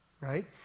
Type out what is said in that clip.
right